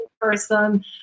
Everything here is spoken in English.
person